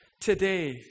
today